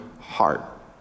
heart